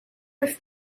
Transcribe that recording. with